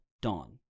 Dawn